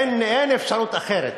אין אפשרות אחרת.